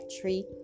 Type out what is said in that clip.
tree